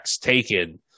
taken